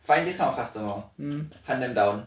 find this kind of customer hunt them down